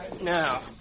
Now